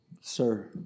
Sir